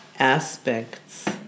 aspects